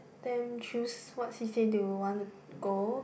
them choose what C_C_A they would want to go